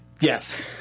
Yes